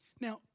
Now